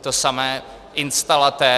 To samé instalatér.